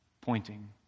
pointing